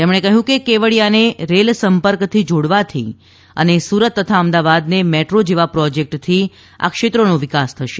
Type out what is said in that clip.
તેમણે કહ્યું કે કેવડિયાને રેલ સંપર્કથી જોડવાથી અને સુરત તથા અમદાવાદને મેટ્રો જેવા પ્રોજેક્ટથી આ ક્ષેત્રોનો વિકાસ થશે